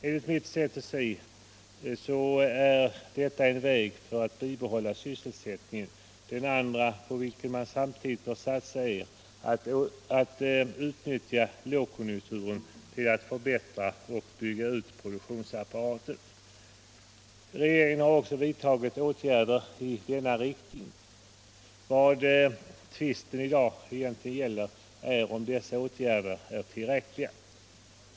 Enligt mitt sätt att se är detta en väg för att bibehålla sysselsättningen. En annan väg på vilken man samtidigt bör satsa är att utnyttja lågkonjunkturen till att förbättra och bygga ut produktionsapparaten. Regeringen har också vidtagit åtgärder i denna riktning. Vad tvisten i dag egentligen gäller är huruvida dessa åtgärder är tillräckliga.